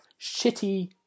Shitty